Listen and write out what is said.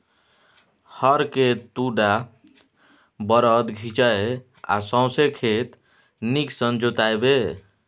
हर केँ दु टा बरद घीचय आ सौंसे खेत नीक सँ जोताबै